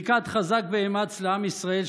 ברכת חזק ואמץ לעם ישראל,